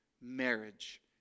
marriage